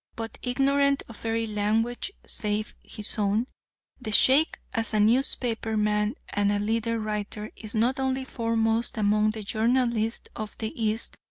but ignorant of every language save his own the sheikh, as a newspaper man and a leader writer, is not only foremost among the journalists of the east,